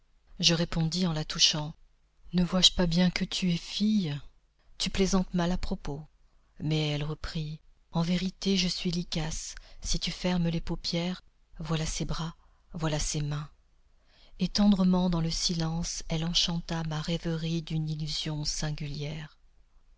je répondis en la touchant ne vois-je pas bien que tu es fille tu plaisantes mal à propos mais elle reprit en vérité je suis lykas si tu fermes les paupières voilà ses bras voilà ses mains et tendrement dans le silence elle enchanta ma rêverie d'une illusion singulière